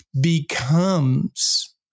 becomes